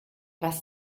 was